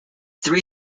three